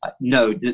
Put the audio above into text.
no